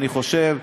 אני חושב,